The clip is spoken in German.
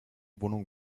wohnung